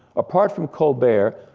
apart from colbert,